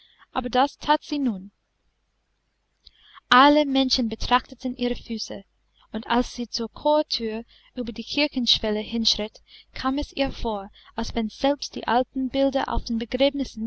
aber das that sie nun alle menschen betrachteten ihre füße und als sie zur chorthür über die kirchenschwelle hinschritt kam es ihr vor als wenn selbst die alten bilder auf den begräbnissen